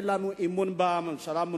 אין לנו אמון בממשלה הזאת,